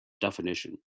definition